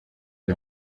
des